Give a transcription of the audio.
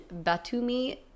Batumi